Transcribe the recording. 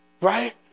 right